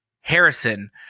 Harrison